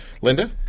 Linda